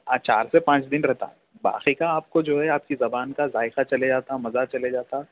چار سے پانچ دن رہتا باقی کا آپ کو جو ہے آپ کی زبان کا ذائقہ چلے جاتا مزہ چلے جاتا